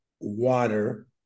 water